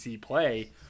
play